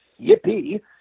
yippee